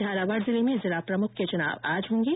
झालावाड़ जिले में जिला प्रमुख के चुनाव आज होंगे